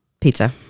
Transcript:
pizza